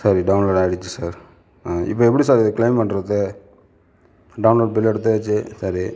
சரி டௌன்லோட் ஆகிடுச்சி சார் இப்போ எப்படி சார் க்லெய்ம் பண்றது டௌன்லோட் பில் எடுத்தாச்சு சரி